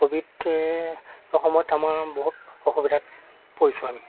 ক'ভিডৰ সময়ত আমাৰ বহুত অসুবিধাত পৰিছোঁ আমি